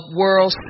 world